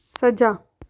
ਸੱਜਾ